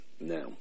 now